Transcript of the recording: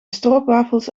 stroopwafels